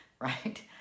right